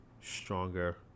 stronger